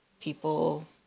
people